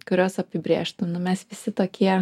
kurios apibrėžtų nu mes visi tokie